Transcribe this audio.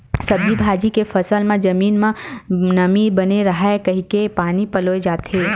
सब्जी भाजी के फसल म जमीन म नमी बने राहय कहिके पानी पलोए जाथे